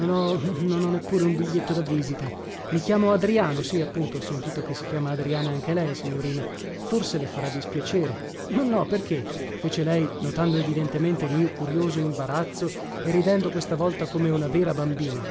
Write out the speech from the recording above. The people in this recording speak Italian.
non ho non ho neppure un biglietto da visita i chiamo adriano sì appunto ho sentito che si chiama adriana anche lei signorina forse le farà dispiacere ma no perché fece lei notando evidentemente il mio curioso imbarazzo e ridendo questa volta come una vera bambina